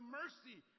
mercy